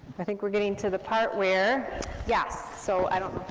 i think we're getting to the part where yes, so i don't